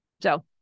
So-